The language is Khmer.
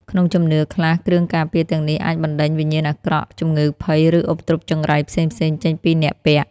ក្នុងជំនឿខ្លះ គ្រឿងការពារទាំងនេះអាចបណ្តេញវិញ្ញាណអាក្រក់ ជំងឺភ័យ ឬឧបទ្រពចង្រៃផ្សេងៗចេញពីអ្នកពាក់។